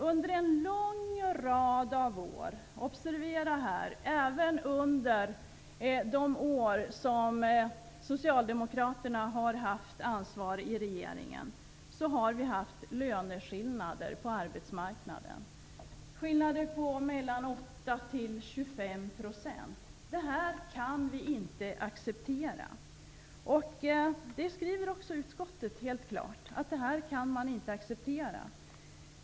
Under en lång rad av år -- observera att detta gällt även under de år som Socialdemokraterna har haft ansvar i regeringen -- har vi haft löneskillnader på arbetsmarknaden. Det har varit skillnader på mellan 8 % och 25 %. Detta kan vi inte acceptera. Utskottet skriver också helt klart att man inte kan acceptera detta.